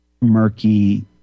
murky